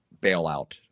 bailout